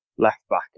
left-back